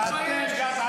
תתבייש לך.